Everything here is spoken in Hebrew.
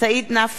סעיד נפאע,